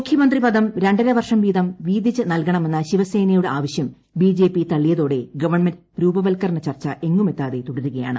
മുഖ്യമന്ത്രിപദം രണ്ടരവർഷം വീതം വീതിച്ച് നൽകണമെന്ന ശിവസേനയുടെ ആവശ്യം ബിജെപി തള്ളിയതോടെ ഗവൺമെന്റ് രൂപവത്ക്കരണ ചർച്ച എങ്ങുമെത്താതെ തുടരുകയാണ്